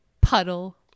puddle